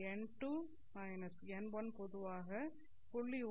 இந்த n2 n1 பொதுவாக 0